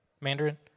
Mandarin